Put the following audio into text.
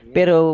Pero